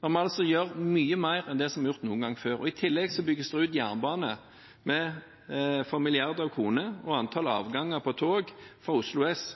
altså gjør mye mer enn det som er gjort noen gang før. I tillegg bygges det ut jernbane for milliarder av kroner, og antall togavganger fra Oslo S